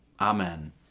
Amen